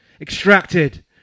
extracted